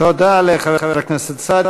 תודה לחבר הכנסת סעדי.